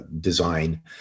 design